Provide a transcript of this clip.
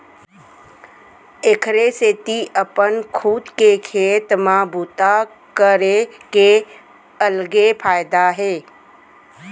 एखरे सेती अपन खुद के खेत म बूता करे के अलगे फायदा हे